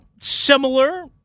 similar